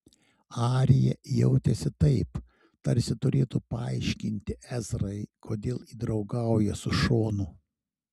arija jautėsi taip tarsi turėtų paaiškinti ezrai kodėl ji draugauja su šonu